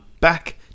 back